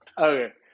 okay